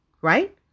right